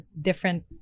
different